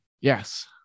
Yes